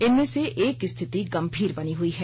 इनमें से एक की स्थिति गंभीर बनी हुई है